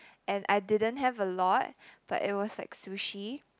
and I didn't have a lot but it was like sushi